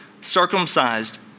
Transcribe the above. Circumcised